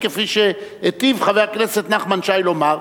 כפי שהיטיב חבר הכנסת נחמן שי לומר,